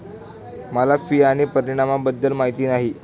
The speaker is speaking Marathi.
मला फी आणि परिणामाबद्दल माहिती नाही